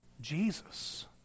Jesus